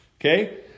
Okay